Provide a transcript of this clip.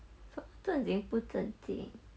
正经不正经